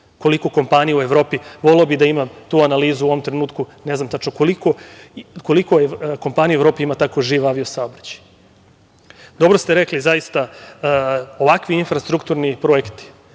Koliko kompanija u Evropi, voleo bih da imam tu analizu u ovom trenutku, ne znam tačno koliko kompanija u Evropi ima tako živ avio saobraćaj? Dobro ste rekli, zaista, ovakvi infrastrukturni projekti